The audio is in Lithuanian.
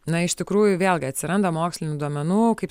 na iš tikrųjų vėlgi atsiranda mokslinių duomenų kaip